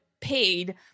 paid